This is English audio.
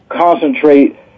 concentrate